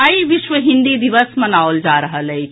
आई विश्व हिन्दी दिवस मनाओल जा रहल अछि